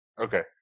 Okay